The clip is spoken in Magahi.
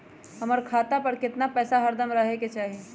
हमरा खाता पर केतना पैसा हरदम रहे के चाहि?